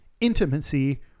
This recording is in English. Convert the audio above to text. intimacy